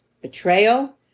betrayal